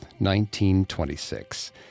1926